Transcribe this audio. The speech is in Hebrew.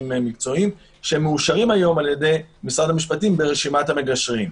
מקצועיים שמאושרים היום על-ידי משרד המשפטים ברשימת המגשרים.